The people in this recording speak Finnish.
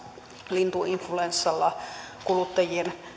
lintuinfluenssalla kuluttajien